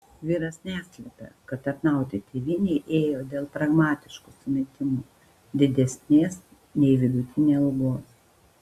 vyras neslepia kad tarnauti tėvynei ėjo dėl pragmatiškų sumetimų didesnės nei vidutinė algos